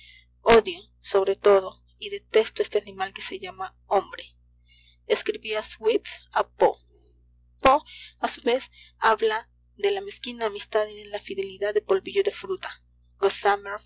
odio sobre todo y detesto este animal que se llama hombre escribía swift a poe poe a su vez habla de la mezquina amistad y de la fidelidad de polvillo de fruta